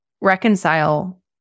reconcile